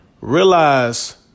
realize